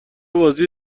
بازی